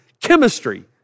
chemistry